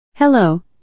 Hello